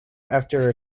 after